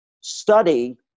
study